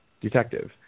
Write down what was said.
Detective